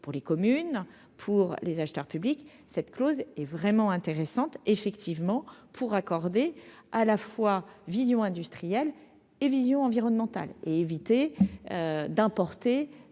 pour les communes pour les acheteurs publics cette clause est vraiment intéressante effectivement pour accorder à la fois vision industrielle et visions environnementales et éviter d'importer